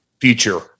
future